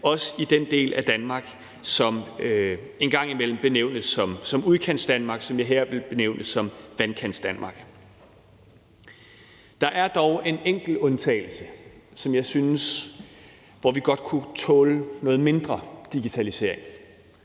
også i den del af Danmark, som engang imellem benævnes som Udkantsdanmark, og som jeg her vil benævne som Vandkantsdanmark. Der er dog en enkelt undtagelse, hvor jeg synes vi godt kunne tåle noget mindre digitalisering,